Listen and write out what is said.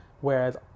whereas